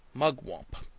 mugwump,